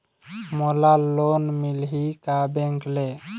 मोला लोन मिलही का बैंक ले?